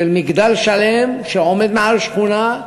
של מגדל שלם שעומד מעל שכונה,